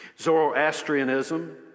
Zoroastrianism